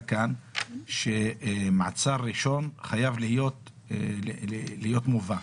כאן שבמעצר ראשון חייב להיות מובא,